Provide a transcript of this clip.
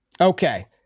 Okay